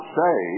say